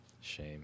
shame